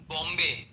Bombay